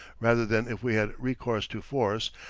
rather than if we had recourse to force,